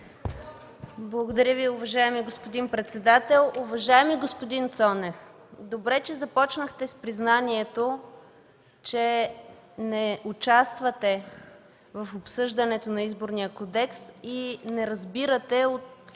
Благодаря Ви, уважаеми господин председател. Уважаеми господин Цонев, добре, че започнахте с признанието, че не участвате в обсъждането на Изборния кодекс и не разбирате от